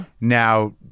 now